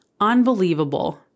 unbelievable